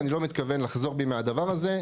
אני לא מתכוון לחזור בי מהדבר הזה.